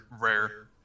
rare